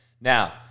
Now